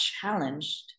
challenged